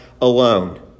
alone